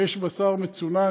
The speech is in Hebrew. ויש בשר מצונן,